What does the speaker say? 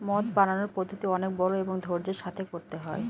মদ বানানোর পদ্ধতি অনেক বড়ো এবং ধৈর্য্যের সাথে করতে হয়